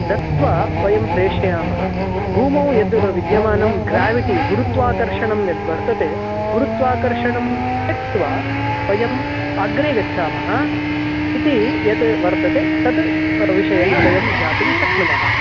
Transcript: दत्वा वयं प्रेषयामः भूमौ यद् विद्यमानं ग्राविटि गुरुत्वाकर्षणं यद्वर्तते गुरुत्वाकर्षणं त्यक्त्वा वयं अग्रे गच्छामः इति यत् वर्तते तत् विषयः वयं ज्ञातुं शक्नुमः